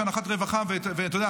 יש אנחת רווחה ואתה יודע,